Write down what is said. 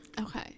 okay